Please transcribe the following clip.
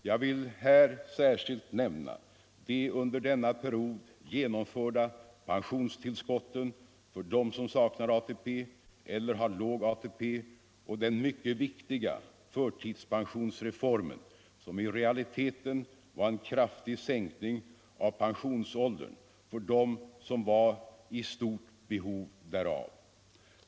Jag vill här särskilt nämna de under denna period genomförda pensionstillskotten för dem som saknar ATP eller har låg ATP och den mycket viktiga förtidspensionsreformen, som i realiteten var en kraftig sänkning av pensionsåldern för dem som var i störst behov därav.